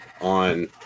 on